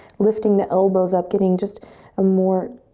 lifting the elbows up, getting just a more,